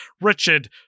Richard